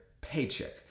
paycheck